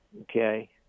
Okay